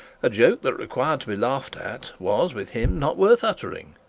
a joke that required to be laughed at was, with him, not worth uttering.